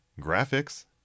graphics